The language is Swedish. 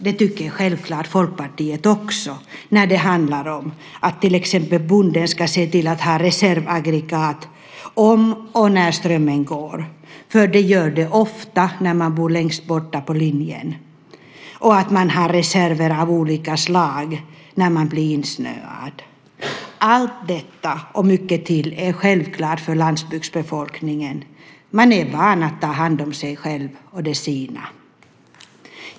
Det tycker självfallet Folkpartiet också när det handlar om att till exempel bonden ska se till att ha reservaggregat om och när strömmen går, som den ofta gör när man bor längst ut på linjen, och att man har reserver av olika slag när man blir insnöad. Allt detta och mycket därtill är självklart för landsbygdsbefolkningen. Man är van att ta hand om sig själv och de sina.